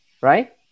right